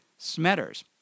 Smetters